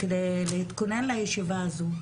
כדי להתכונן לישיבה הזו,